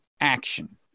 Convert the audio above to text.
action